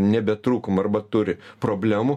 ne be trūkumų arba turi problemų